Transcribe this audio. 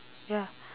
ya